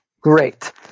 Great